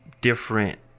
different